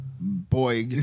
boy